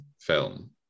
film